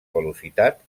velocitat